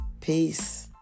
Peace